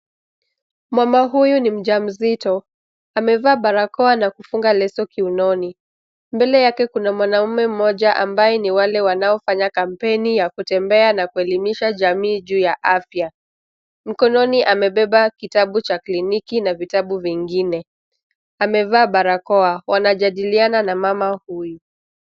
Mama huyu ni mjamzito. Amevaa barakao na kufunga leso kiunoni. Mbele yake kuna mwanaume mmoja ambaye ni wale wanaofanya kampeni ya kutembea na kuelimisha jamii juu ya afya. Mkononi amebeba kitabu cha kliniki na vitabu vingine. Amevaa barakao. Wanajadiliana na mama huyu.